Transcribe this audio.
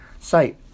site